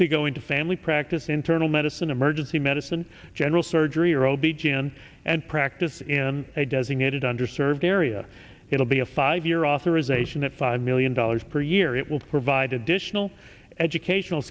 to go into family practice internal medicine emergency medicine general surgery or o b jan and practice in a designated under served area it'll be a five year authorization at five million dollars per year it will provide additional educational